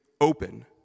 open